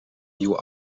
nieuwe